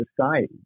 society